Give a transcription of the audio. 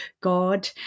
God